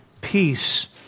peace